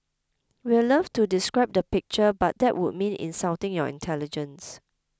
we'd love to describe the picture but that would mean insulting your intelligence